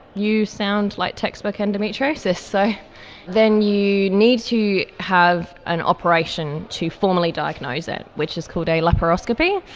you sound like textbook endometriosis. so then you need to have an operation to formally diagnose it, which is called a laparoscopy.